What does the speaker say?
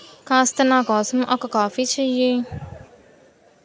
కాస్త నాకోసం ఒక కాఫీ చెయ్యి